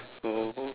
so